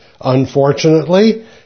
Unfortunately